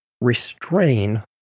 restrain